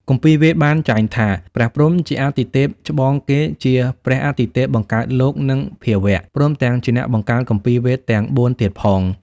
គម្ពីរវេទបានចែងថា ព្រះព្រហ្មជាព្រះអាទិទេពច្បងគេ ជាព្រះអាទិទេពបង្កើតលោក និងភាវៈ ព្រមទាំងជាអ្នកបង្កើតគម្ពីរវេទទាំង៤ ទៀតផង។